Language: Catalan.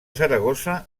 saragossa